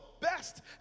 best